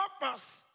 purpose